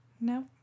No